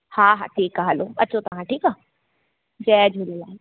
हा हा ठीक आहे हलो अचो तव्हां ठीकु आहे जय झूलेलाल